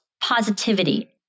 positivity